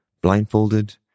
blindfolded